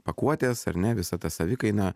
pakuotės ar ne visa ta savikaina